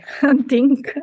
hunting